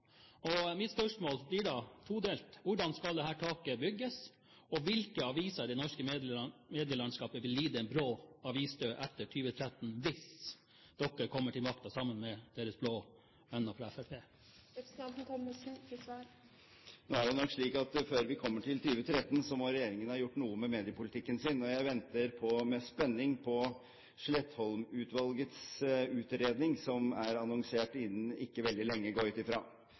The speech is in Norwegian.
tildelingen. Mitt spørsmål blir da todelt: Hvordan skal dette taket bygges, og hvilke aviser i det norske medielandskapet vil lide en brå avisdød etter 2013, hvis dere kommer til makten sammen med deres blå venner fra Fremskrittspartiet? Nå er det nok slik at før vi kommer til 2013, må regjeringen ha gjort noe med mediepolitikken sin, og jeg venter med spenning på Sletholm-utvalgets utredning som er annonsert om ikke veldig lenge, går jeg ut